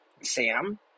Sam